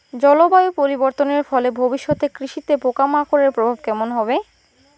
জলবায়ু পরিবর্তনের ফলে ভবিষ্যতে কৃষিতে পোকামাকড়ের প্রভাব কেমন হবে?